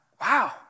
wow